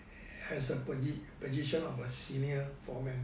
as a position position of a senior foreman